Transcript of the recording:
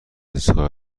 ایستگاه